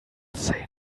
say